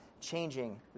changing